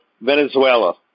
Venezuela